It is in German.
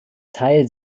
teil